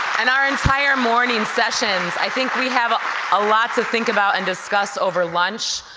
and our entire morning sessions i think we have a ah lot to think about and discuss over lunch.